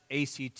ACT